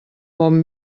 bon